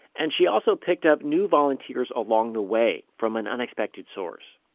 and she also picked up new volunteers along the way from an unexpected source.